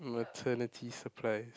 maternity supplies